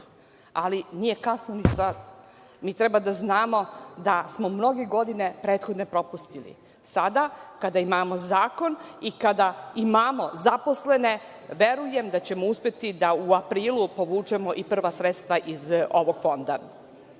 ali nije kasno ni sada. Mi treba da znamo da smo mnoge godine prethodne propustili. Sada, kada imamo zakon i kada imamo zaposlene, verujem da ćemo uspeti da u aprilu povučemo i prva sredstva iz ovog